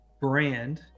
brand